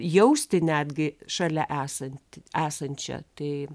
jausti netgi šalia esant esančią tai